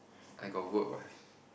I got work what